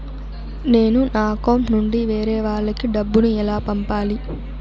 నేను నా అకౌంట్ నుండి వేరే వాళ్ళకి డబ్బును ఎలా పంపాలి?